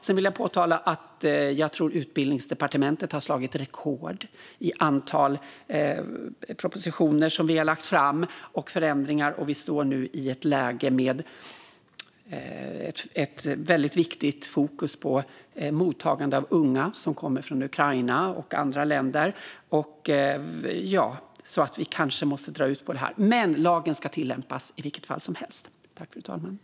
Jag vill påpeka att jag tror att Utbildningsdepartementet har slagit rekord i antalet propositioner om förändringar som vi har lagt fram. Vi står nu ett läge med ett väldigt viktigt fokus på mottagande av unga som kommer från Ukraina och andra länder, så vi kanske måste dra ut på detta. I vilket fall som helst ska lagen tillämpas.